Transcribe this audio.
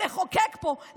לחוקק פה,